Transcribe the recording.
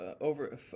over